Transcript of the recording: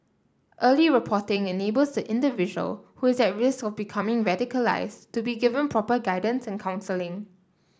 early reporting enables the individual who is at risk of becoming radicalised to be given proper guidance and counselling